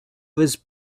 was